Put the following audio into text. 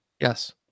Yes